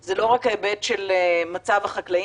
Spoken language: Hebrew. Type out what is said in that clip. הוא לא ההיבט של מצב החקלאים,